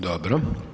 Dobro.